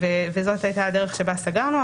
וזאת הייתה הדרך שבה סגרנו.